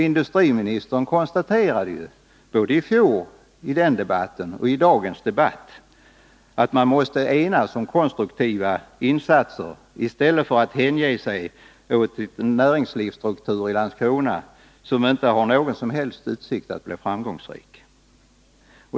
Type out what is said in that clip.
Industriministern konstaterade ju både i fjol i varvsdebatten och nu i dagens debatt att man måste enas om konstruktiva insatser i stället för att hänge sig åt en näringslivsstruktur i Landskrona som inte har några som helst utsikter att bli framgångsrik.